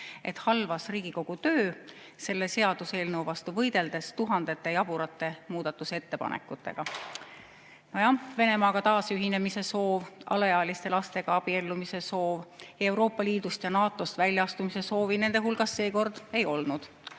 et halvas Riigikogu töö selle seaduseelnõu vastu võideldes tuhandete jaburate muudatusettepanekutega, nagu Venemaaga taasühinemise soov, alaealiste lastega abiellumise soov. Euroopa Liidust ja NATO-st väljaastumise soovi nende hulgas seekord ei olnud,